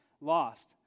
lost